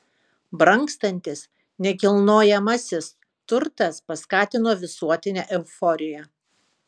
brangstantis nekilnojamasis turtas paskatino visuotinę euforiją